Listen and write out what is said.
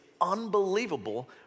unbelievable